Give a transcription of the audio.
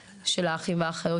של האחים והאחיות,